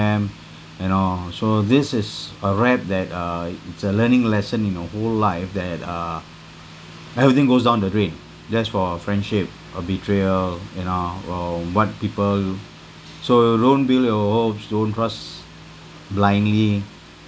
you know so this is a wrap that uh it's a learning lesson in the whole life that uh everything goes down the drain just for friendship uh betrayal you know uh what people so don't build your hopes don't trust blindly